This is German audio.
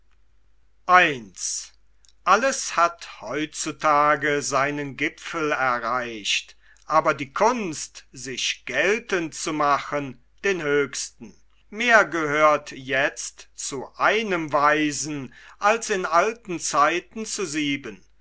alles hat heut zu tage seinen gipfel erreicht aber die kunst sich geltend zu machen den höchsten mehr gehört jetzt zu einem weisen als in alten zeiten zu sieben